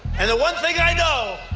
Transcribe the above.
and one thing i know,